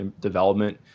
development